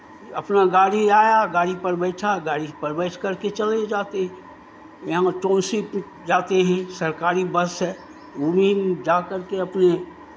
अपना गाड़ी आया गाड़ी पर बैठा गाड़ी पर बैठकर के चले जाते या में जाते हें सरकारी बस है वहीं जाकर के अपने